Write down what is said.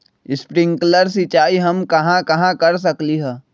Sprinkle सिंचाई हम कहाँ कहाँ कर सकली ह?